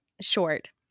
short